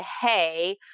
Hey